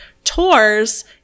Tours